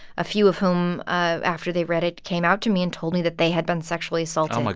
a few of whom, ah after they read it, came out to me and told me that they had been sexually assaulted. oh, my